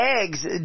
eggs